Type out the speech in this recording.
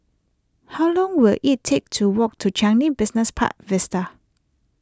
how long will it take to walk to Changi Business Park Vista